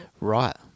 Right